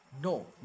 No